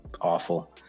awful